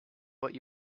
but